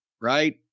right